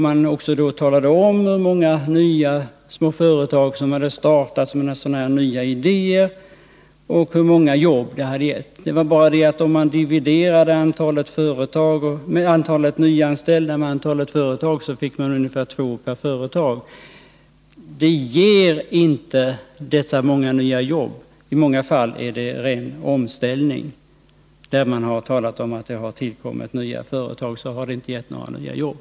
Man talade då också om hur många nya små företag som hade startats, nya idéer som kommit fram och hur många jobb det hade gett. Det var bara det att om man dividerade antalet nyanställda med antalet företag, fick man ungefär två nyanställda per företag. Det ger inte dessa många nya jobb som det talas om. I många fall är det fråga om ren omställning. Fast man talat om att det tillkommit nya företag har det inte gett några nya jobb.